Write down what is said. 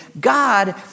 God